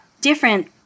different